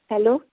hello